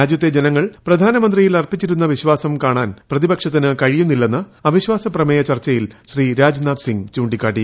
രാജ്യത്തെ ജനങ്ങൾ പ്രധാനമന്ത്രിയിൽ അർപ്പിച്ചിരുന്ന വിശ്വാസം കാണാൻ പ്രതിപക്ഷത്തിന് കഴിയുന്നില്ലെന്ന് അവിശ്വാസ പ്രമേയ ചർച്ചയിൽ ശ്രീ രാജ്നാഥ് സിംഗ് ചൂ ിക്കാട്ടി